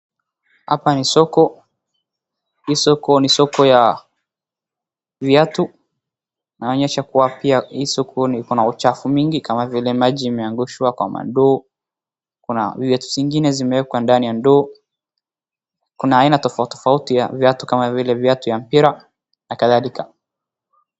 Apa ni soko .Hii soko ni soko ya viatu , inaonyesha kuwa pia hii soko ikona uchafu mingi kama vile , maji imeangushwa kwa mandoo kuna viatu zingine zimeekwa ndani ya ndoo ,kuna aina tofauti tofauti ya viatu kama vile ya mpira na kadhalika.